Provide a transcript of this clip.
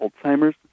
Alzheimer's